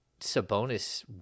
Sabonis